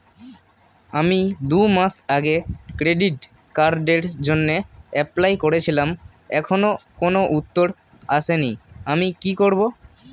আমি দুমাস আগে ক্রেডিট কার্ডের জন্যে এপ্লাই করেছিলাম এখনো কোনো উত্তর আসেনি আমি কি করব?